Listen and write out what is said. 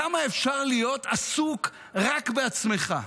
כמה אפשר להיות עסוק רק בעצמך?